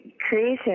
Creation